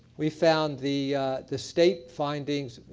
we found the the state findings,